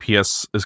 PS